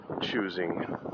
choosing